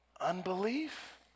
Unbelief